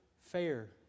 fair